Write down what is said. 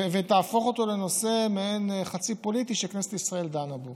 ותהפוך אותו לנושא מעין חצי פוליטי שכנסת ישראל דנה בו.